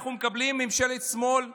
אנחנו מקבלים ממשלת שמאל שמאל,